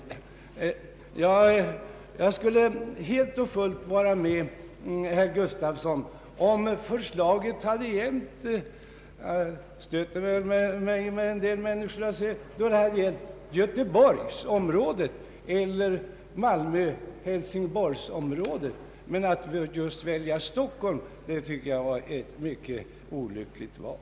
Jag skulle helt och fullt ha hållit med herr Gustafsson om förslaget hade gällt Göteborgsområdet eller Malmö—Hälsingborgsområdet — men jag stöter mig väl med en del människor när jag säger detta. Att just välja Stockholm som exempel tycker jag var ett mycket olyckligt val.